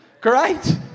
Great